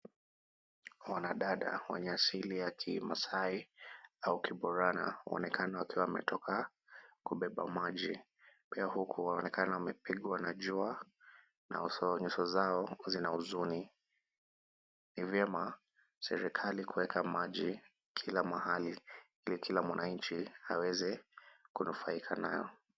Wanadada wenye asili ya kimasaai au kiborana waonekana wakiwa wametoka kubeba maji, pia huku waonekana wamepigwa na jua na nyuso zao zina huzuni, ni vyema serikali kuweka maji kila mahali ili kila mwananchi aweze kunufaika nayo.